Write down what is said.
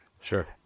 Sure